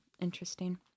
Interesting